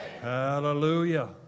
Hallelujah